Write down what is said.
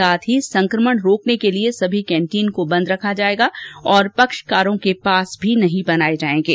साथ ही संकमण रोकने के लिए सभी कैंटीन को बंद रखा जाएगा और पक्षकारों के पास भी नहीं बनाए जाएंगे